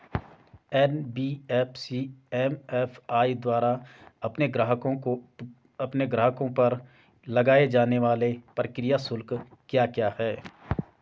NBFC MFI द्वारा अपने ग्राहकों पर लगाए जाने वाले प्रक्रिया शुल्क क्या क्या हैं?